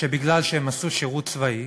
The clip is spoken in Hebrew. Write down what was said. שבגלל שהם עשו שירות צבאי